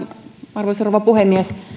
arvoisa rouva puhemies